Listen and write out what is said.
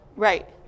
Right